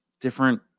different